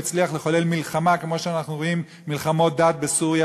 לחולל מלחמה כמו מלחמות הדת שאנחנו רואים בסוריה,